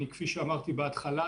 כפי שאמרתי בהתחלה,